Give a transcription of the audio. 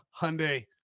Hyundai